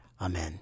Amen